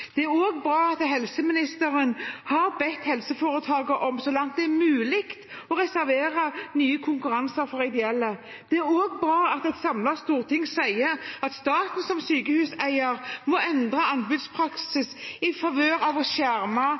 Det er også bra at helseministeren har bedt helseforetakene om – så langt det er mulig – å reservere nye konkurranser for ideelle. Det er også bra at et samlet storting sier at staten som sykehuseier må endre anbudspraksis i favør av ideelle ved å skjerme